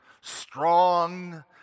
strong